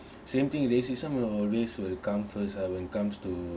same thing racism will always will come first ah when it comes to